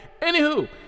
Anywho